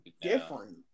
different